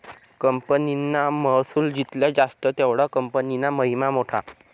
कंपनीना महसुल जित्ला जास्त तेवढा कंपनीना महिमा मोठा